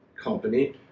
company